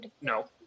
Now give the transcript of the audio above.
No